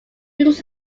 brings